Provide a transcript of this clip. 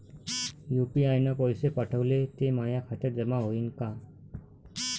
UPI न पैसे पाठवले, ते माया खात्यात जमा होईन का?